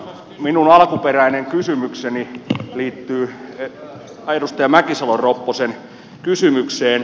minun alkuperäinen kysymykseni liittyy edustaja mäkisalo ropposen kysymykseen